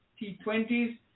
T20s